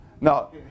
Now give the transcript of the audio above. Now